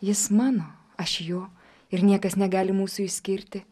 jis mano aš jo ir niekas negali mūsų išskirti